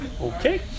Okay